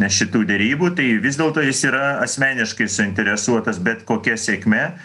šitų derybų tai vis dėlto jis yra asmeniškai suinteresuotas bet kokia sėkme